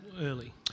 early